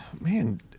Man